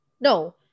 no